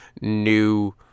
new